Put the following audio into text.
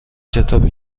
کتاب